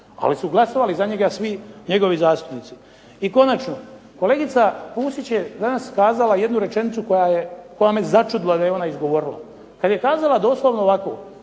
ali su glasovali za njega svi njegovi zastupnici. I konačno, kolegica Pusić je danas kazala jednu rečenicu koja me začudila da je ona izgovorila, kada je kazala doslovno ovako: